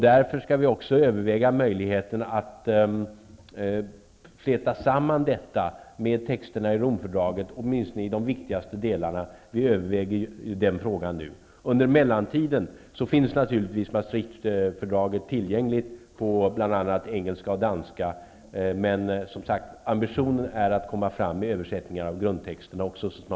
Därför skall vi också överväga möjligheterna att fläta samman dessa med texterna i Romfördraget, åtminstone vad avser de viktigaste delarna. Vi överväger den frågan nu. Under mellantiden finns Maastrichtfördraget tillgängligt på bl.a. engelska och danska. Men som sagt, ambitionen är att vi så snart som möjligt skall ha översättningar av grundtexterna.